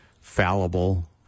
fallible